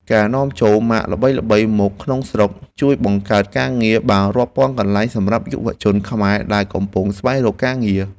ការនាំចូលម៉ាកល្បីៗមកក្នុងស្រុកជួយបង្កើតការងារបានរាប់ពាន់កន្លែងសម្រាប់យុវជនខ្មែរដែលកំពុងស្វែងរកការងារ។